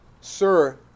sir